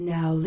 Now